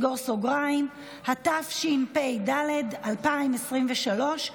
התשפ"ד 2023,